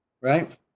right